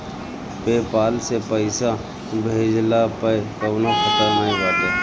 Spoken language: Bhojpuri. पेपाल से पईसा भेजला पअ कवनो खतरा नाइ बाटे